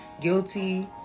guilty